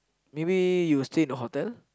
maybe you'll stay in hotel